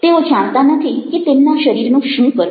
તેઓ જાણતા નથી કે તેમના શરીરનું શું કરવું